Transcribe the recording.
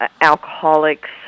Alcoholics